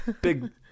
Big